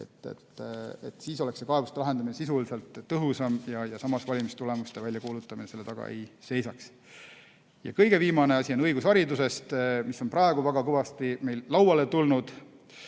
Siis oleks see kaebuste lahendamine sisuliselt tõhusam ja valimistulemuste väljakuulutamine selle taga ei seisaks. Kõige viimane asi on õigusharidus, mis on praegu väga kõvasti meil laual.